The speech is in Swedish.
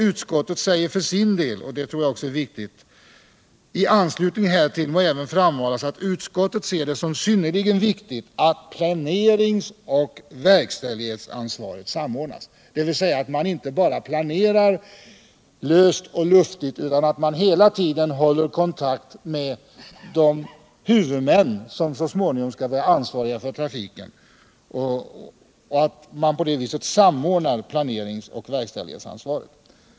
Utskottet säger dessutom, och det tror jag också är viktigt: ”I anslutning härtill må även framhållas att utskottet ser det som synnerligen viktigt att planeringsoch verkställighetsansvaret samordnas.” Det innebär alltså att man inte bara löst och luftigt planerar, utan att man håller kontakt med de huvudmän som så småningom skall vara ansvariga för trafiken och att man på det viset samordnar planeringsoch verkställighetsansvaret.